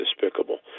despicable